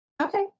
Okay